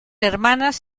hermanas